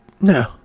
No